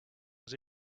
was